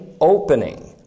opening